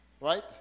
Right